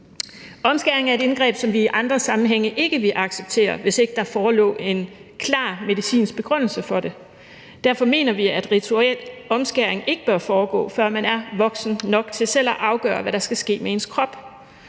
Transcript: Omskæring er et indgreb, som vi i andre sammenhænge ikke ville acceptere, hvis ikke der forelå en klar medicinsk begrundelse for det. Derfor mener vi, at rituel omskæring ikke bør foregå, før man er voksen nok til selv at afgøre, hvad der skal ske med ens krop.